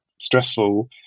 stressful